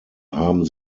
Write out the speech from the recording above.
haben